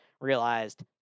Realized